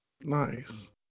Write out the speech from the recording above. nice